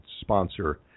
sponsor